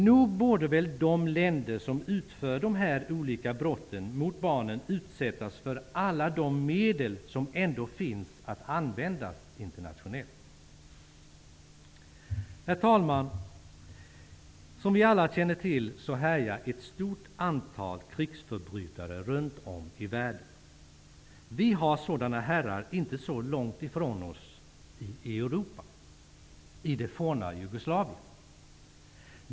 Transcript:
Nog borde väl de länder som utför dessa olika brott mot barnen utsättas för alla de medel som ändå finns att använda internationellt? Herr talman! Som vi alla känner till härjar ett stort antal krigsförbrytare runtom i världen. Vi har sådana herrar inte så långt ifrån oss i Europa i det forna Jugoslavien.